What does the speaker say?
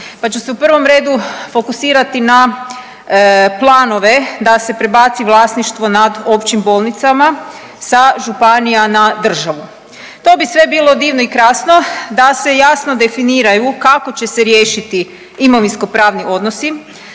pa ću se u prvom redu fokusirati na planove da se prebaci vlasništvo nad općim bolnicama sa županija na državu. To bi sve bilo divno i krasno da se jasno definiraju kako će se riješiti imovinskopravni odnosi,